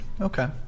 Okay